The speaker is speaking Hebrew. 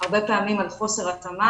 הרבה פעמים היא על רקע של חוסר התאמה.